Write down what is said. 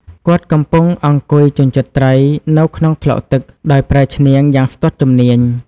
គាត់កំពុងអង្គុយជញ្ជាត់ត្រីនៅក្នុងថ្លុកទឹក ដោយប្រើឈ្នាងយ៉ាងស្ទាត់ជំនាញ។